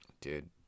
dude